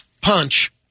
punch